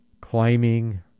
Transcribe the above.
climbing